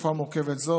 בתקופה מורכבת זו,